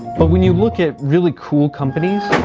but when you look at really cool companies,